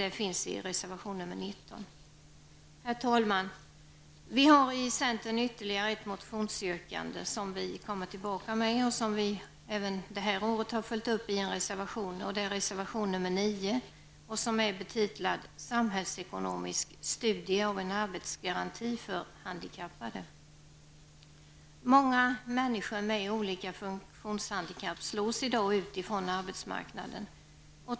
Detta tas upp i reservation nr 19. Herr talman! Centern har ytterligare ett motionsyrkande som vi återkommer med och som vi även i år har följt upp i en reservation, nr 9, som är betitlad Samhällsekonomisk studie av en arbetsgaranti för handikappade. Många människor med olika funktionshandikapp slås i dag ut från arbetsmarknaden.